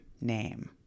name